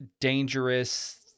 dangerous